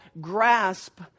grasp